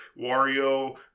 Wario